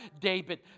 David